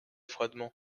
froidement